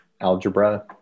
algebra